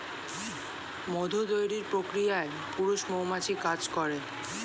মধু তৈরির প্রক্রিয়ায় পুরুষ মৌমাছি কাজ করে